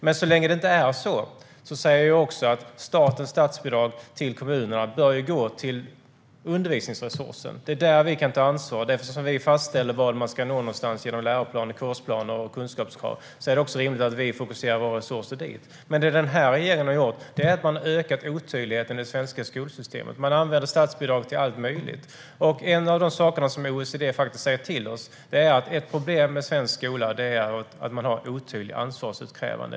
Men så länge det inte är så säger jag också att statsbidragen till kommunerna bör gå till undervisningsresurser. Det är där vi kan ta ansvar, eftersom vi fastställer vart man ska nå genom läroplaner, kursplaner och kunskapskrav. Då är det rimligt att vi fokuserar våra resurser dit. Det den här regeringen har gjort är dock att man ökat otydligheten i det svenska skolsystemet. Statsbidrag används till allt möjligt. En av de saker som OECD säger till oss är att ett problem med svensk skola är att ansvarsutkrävandet är otydligt.